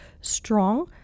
strong